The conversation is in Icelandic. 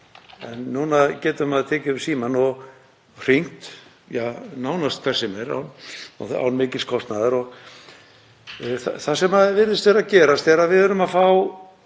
En núna getur maður tekið upp símann og hringt nánast hvert sem er án mikils kostnaðar. Það sem virðist vera að gerast er að við erum að fá